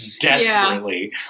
desperately